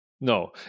No